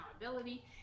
accountability